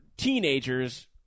teenagers